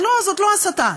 לא, זאת לא הסתה.